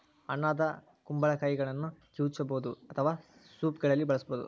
ಹಣ್ಣಾದ ಕುಂಬಳಕಾಯಿಗಳನ್ನ ಕಿವುಚಬಹುದು ಅಥವಾ ಸೂಪ್ಗಳಲ್ಲಿ ಬಳಸಬೋದು